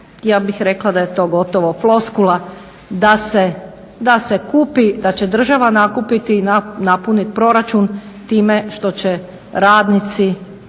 ja bih rekla da je to gotovo floskula da se kupi da će država nakupiti i napuniti proračun time što će radnici